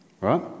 Right